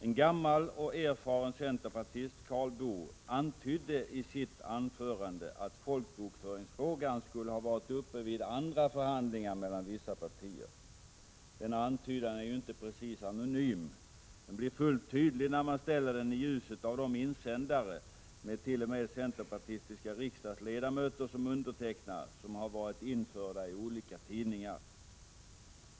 En gammal och erfaren centerpartist, Karl Boo, antydde i sitt anförande att folkbokföringsfrågan skulle ha varit uppe vid andra förhandlingar mellan vissa partier. Denna antydan är inte precis anonym, utan den blir fullt tydlig när den ställs i ljuset av de insändare, som t.o.m. har undertecknats av centerpartistiska ledamöter, som har varit införda i olika tidningar.